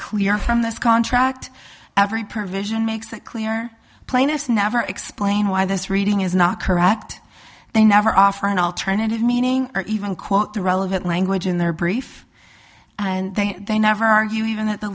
clear from this contract every pervasion makes that clear plaintiff's never explain why this reading is not correct they never offer an alternative meaning or even quote the relevant language in their brief and then they never argue even that the